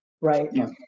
right